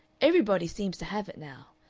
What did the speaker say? everybody seems to have it now.